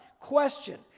Question